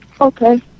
okay